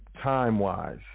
time-wise